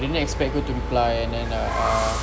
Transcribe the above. I didn't expect her to reply and then uh